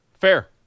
Fair